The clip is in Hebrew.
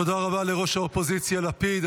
תודה רבה לראש האופוזיציה לפיד.